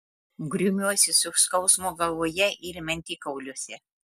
grumiuosi su skausmu galvoje ir mentikauliuose